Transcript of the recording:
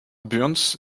burns